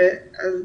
אכן,